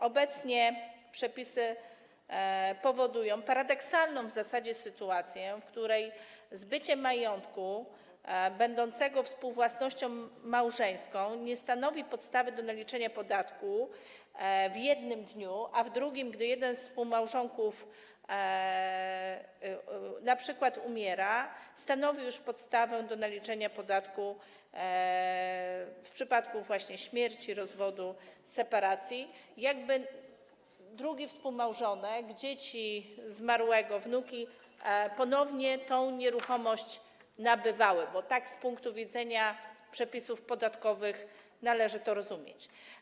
Obecne przepisy powodują paradoksalną w zasadzie sytuację, w której zbycie majątku będącego współwłasnością małżeńską nie stanowi podstawy do naliczenia podatku w jednym dniu, a w drugim, gdy jeden ze współmałżonków np. umiera, stanowi już podstawę do naliczenia podatku, właśnie w przypadku śmierci, rozwodu, separacji, jakby drugi współmałżonek, dzieci zmarłego, wnuki ponownie tę nieruchomość nabywali, bo tak z punktu widzenia przepisów podatkowych należy to rozumieć.